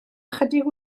ychydig